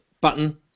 Button